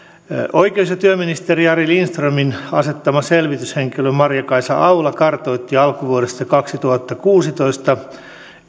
oikeus ja työministeri jari lindströmin asettama selvityshenkilö maria kaisa aula kartoitti alkuvuodesta kaksituhattakuusitoista